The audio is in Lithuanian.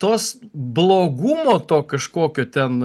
tos blogumo to kažkokio ten